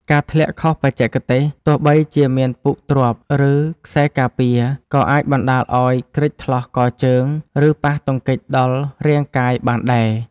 ការធ្លាក់ខុសបច្ចេកទេស ទោះបីជាមានពូកទ្រាប់ ឬខ្សែការពារ ក៏អាចបណ្ដាលឱ្យគ្រេចថ្លោះកជើង ឬប៉ះទង្គិចដល់រាងកាយបានដែរ។